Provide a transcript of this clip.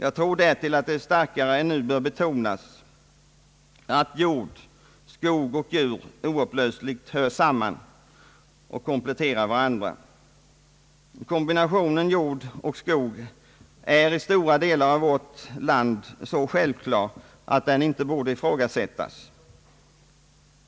Det bör starkare än som nu sker betonas att jord, skog och djur oupplösligt hör samman och kompletterar varandra. Kombinationen jord och skog är i stora delar av vårt land så självklar, att den inte borde ifrågasättas.